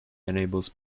enables